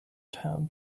town